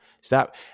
Stop